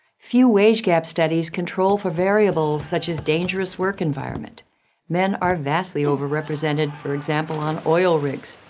few wage gap studies control for variables such as dangerous work environment men are vastly overrepresented, for example, on oil rigs.